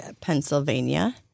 Pennsylvania